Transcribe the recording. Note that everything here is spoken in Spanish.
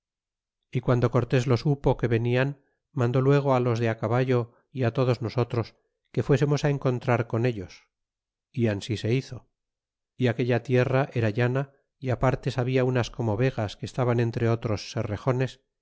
y guando cortes lo supo que venian mandó luego á los de á caballo y todos nosotros que fuésemos á encontrar con ellos y ansi se hizo y aquella tierra era llana y partes habia unas como vegas que estaban entre otros serrejones